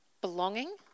belonging